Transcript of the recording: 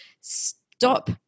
stop